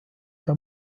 der